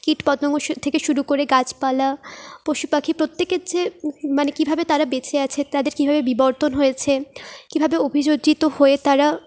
কীট পতঙ্গ থেকে শুরু করে গাছপালা পশু পাখি প্রত্যেকের যে মানে কীভাবে তারা বেঁচে আছে তাদের কীভাবে বিবর্তন হয়েছে কীভাবে অভিযোজিত হয়ে তারা